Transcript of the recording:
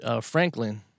Franklin